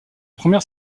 première